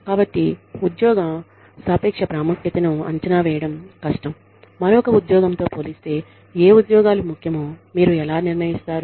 కాబట్టి ఉద్యోగాల సాపేక్ష ప్రాముఖ్యతను అంచనా వేయడం కష్టం మరొక ఉద్యోగం తో పోలిస్తే ఏ ఉద్యోగాలు ముఖ్యమో మీరు ఎలా నిర్ణయిస్తారు